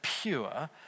pure